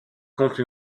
compte